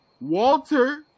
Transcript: Walter